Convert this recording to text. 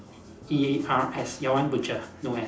E R S your one butcher no S